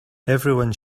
everyone